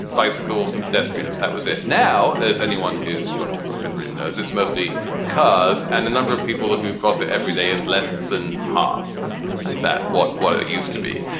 bicycle's and pedestrians. pedestrians. that was it. now, as anyone who's crossed the brooklyn bridge knows, it's mostly cars. and the number of people who cross it everyday is less than half that, what what it it used to be.